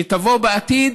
שתבוא בעתיד,